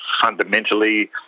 fundamentally